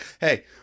hey